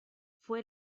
fue